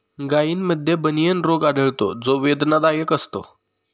गायींमध्ये बनियन रोग आढळतो जो वेदनादायक असतो